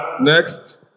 Next